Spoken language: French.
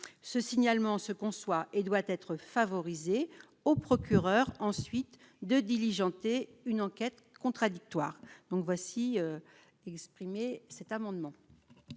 ce signalement se conçoit et doit être favorisé au procureur, ensuite, de diligenter une enquête contradictoire, donc voici qu'exprimer cet amendement.